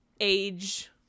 age